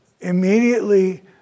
immediately